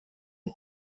und